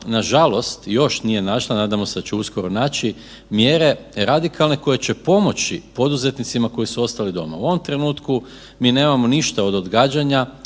nažalost još nije našla, nadamo se da će uskoro naći mjere radikalne koje će pomoći poduzetnicima koji su ostali doma. U ovom trenutku mi nemamo ništa od odgađanja